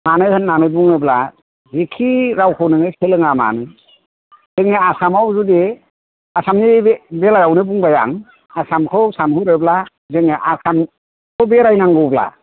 मानो होन्नानै बुङोब्ला जेखि रावखौ नोङो सोलोङा मानो जोंनि आसामाव जुदि आसामनि बेलायावनो बुंबाय आं आसामखौ सानहरोब्ला जोङो आसामखौ बेरायनांगौब्ला